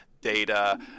data